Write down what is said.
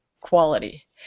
quality